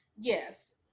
yes